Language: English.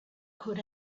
could